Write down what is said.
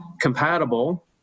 compatible